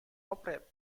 operate